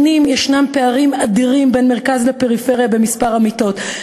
שנים יש פערים אדירים בין המרכז לפריפריה במספר המיטות.